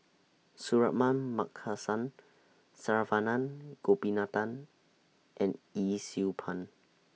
Suratman Markasan Saravanan Gopinathan and Yee Siew Pun